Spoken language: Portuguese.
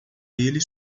ele